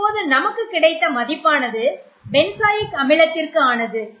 இப்போது நமக்கு கிடைத்த மதிப்பானது பென்சாயிக் அமிலத்திற்கு ஆனது